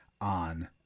on